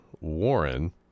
Warren